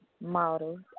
models